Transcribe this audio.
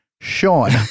Sean